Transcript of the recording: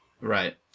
Right